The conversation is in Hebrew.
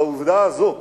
העובדה הזאת,